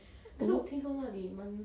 mm